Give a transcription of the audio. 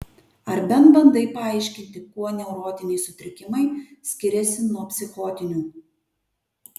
ar bent bandai paaiškinti kuo neurotiniai sutrikimai skiriasi nuo psichotinių